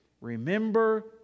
Remember